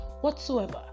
whatsoever